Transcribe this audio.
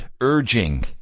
urging